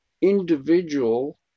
individual